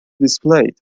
displayed